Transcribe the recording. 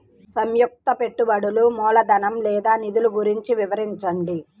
సంయుక్త పెట్టుబడులు మూలధనం లేదా నిధులు గురించి వివరించండి?